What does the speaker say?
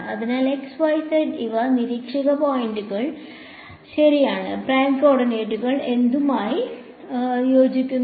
അതിനാൽ x y z ഇവ നിരീക്ഷക പോയിന്റുകൾ ശരിയാണ് പ്രൈം കോർഡിനേറ്റുകൾ എന്തിനുമായി യോജിക്കുന്നു